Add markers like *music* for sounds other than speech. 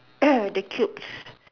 *coughs* the quilts